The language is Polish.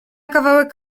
kawałek